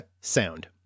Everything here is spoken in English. sound